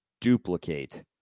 duplicate